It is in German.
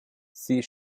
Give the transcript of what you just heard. sie